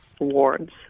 awards